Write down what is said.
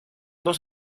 dos